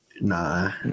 nah